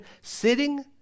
sitting